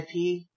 IP